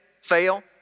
fail